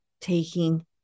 taking